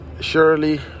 surely